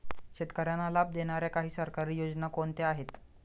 शेतकऱ्यांना लाभ देणाऱ्या काही सरकारी योजना कोणत्या आहेत?